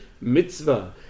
mitzvah